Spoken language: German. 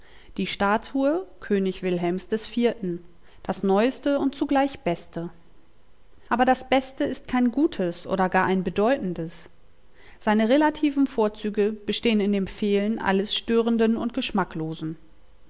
die statue könig wilhelms iv das neueste und zugleich beste aber das beste ist kein gutes oder gar ein bedeutendes seine relativen vorzüge bestehn in dem fehlen alles störenden und geschmacklosen